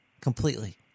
completely